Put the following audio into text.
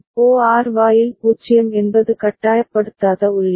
OR வாயில் 0 என்பது கட்டாயப்படுத்தாத உள்ளீடு